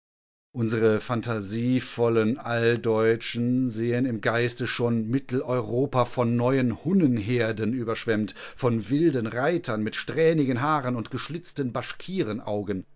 unsere phantasievollen alldeutschen sehen im geiste schon mitteleuropa von neuen hunnenherden überschwemmt von wilden reitern mit strähnigen haaren und geschlitzten